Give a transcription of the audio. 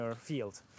field